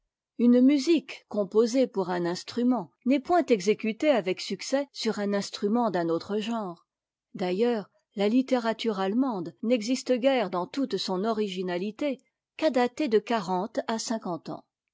une musique composée pour un instrument n'est point exécutée avec succès sur un instrument d'un autre genre d'ailleurs la littérature allemande n'existe guère dans toute son originalité qu'à dater de quarante à cinquante ans